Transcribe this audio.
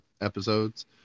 episodes